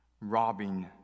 robbing